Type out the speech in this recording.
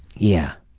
yeah,